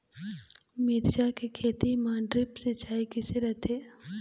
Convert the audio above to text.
मिरचा के खेती म ड्रिप सिचाई किसे रथे?